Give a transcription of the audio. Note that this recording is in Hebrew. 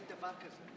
אין דבר כזה.